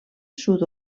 sud